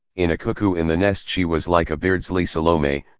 in a cuckoo in the nest she was like a beardsley salome,